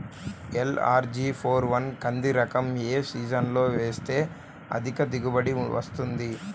LRG four one కంది రకం ఏ సీజన్లో వేస్తె అధిక దిగుబడి వస్తుంది?